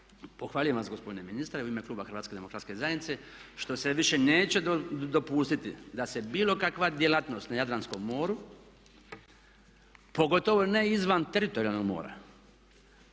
pohvaljujem vas gospodine ministre u ime kluba HDZ-a što se više neće dopustiti da se bilo kakva djelatnost na Jadranskom moru pogotovo ne izvan teritorijalnog mora,